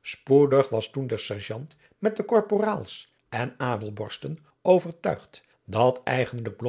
spoedig was toen de serjant met de korporaals en adelborsten overtuigd dat eigenlijk